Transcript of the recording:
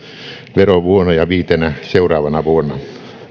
verovuonna ja viitenä seuraavana vuonna